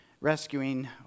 rescuing